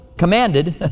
commanded